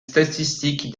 statistiques